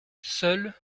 seuls